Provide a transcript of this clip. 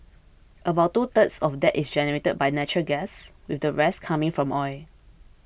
about two thirds of that is generated by natural gas with the rest coming from oil